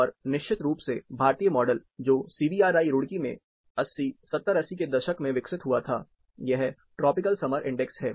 और निश्चित रूप से भारतीय मॉडल जो C B R I Roorkee में 80 70 80 के दशक में विकसित हुआ था यह ट्रॉपिकल समर इंडेक्स है